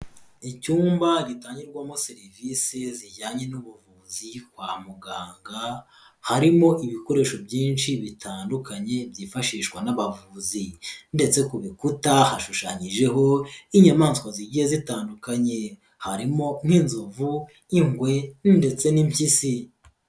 Icyumba gitangirwamo serivisi zijyanye n'ubuvuzi kwa muganga. Harimo ibikoresho byinshi bitandukanye byifashishwa n'abavuzi. Ndetse ku bikuta hashushanyijeho nk'inyamaswa zigiye zitandukanye harimo nk'inzovu, nk'ingwe ndetse n'impyisi.